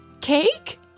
Cake